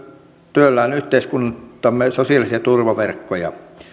työllään yhteiskuntamme sosiaalisia turvaverkkoja